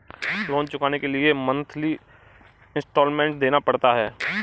loan चुकाने के लिए मंथली इन्सटॉलमेंट देना पड़ता है